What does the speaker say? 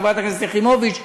חברת הכנסת יחימוביץ,